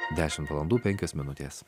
dešim valandų penkios minutės